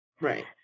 Right